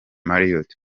marriot